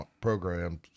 programs